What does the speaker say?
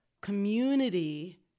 community